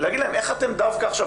ולהגיד להם איך אתם דווקא עכשיו?